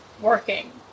working